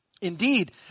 Indeed